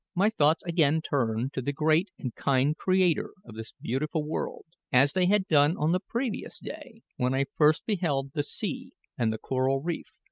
my thoughts again turned to the great and kind creator of this beautiful world, as they had done on the previous day when i first beheld the sea and the coral reef,